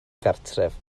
gartref